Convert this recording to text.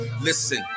listen